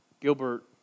Gilbert